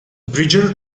bridger